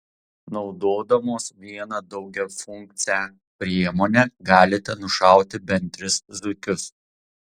naudodamos vieną daugiafunkcę priemonę galite nušauti bent tris zuikius